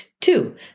Two